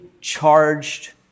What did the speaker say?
charged